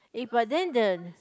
eh but then the